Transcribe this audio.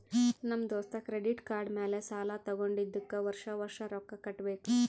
ನಮ್ ದೋಸ್ತ credit card ಮ್ಯಾಲ ಸಾಲಾ ತಗೊಂಡಿದುಕ್ ವರ್ಷ ವರ್ಷ ರೊಕ್ಕಾ ಕಟ್ಟಬೇಕ್